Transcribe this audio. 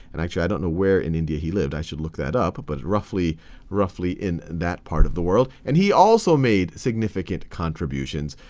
and actually, i don't know where in india he lived. i should look that up, but roughly roughly in that part of the world. and he also made significant contributions.